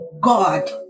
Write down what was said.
God